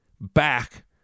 back